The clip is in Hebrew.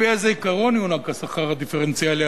על-פי איזה עיקרון יוענק השכר הדיפרנציאלי?